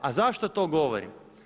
A zašto to govorim?